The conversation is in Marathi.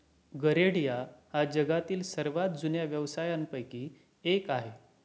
गरेडिया हा जगातील सर्वात जुन्या व्यवसायांपैकी एक आहे